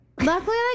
luckily